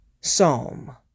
Psalm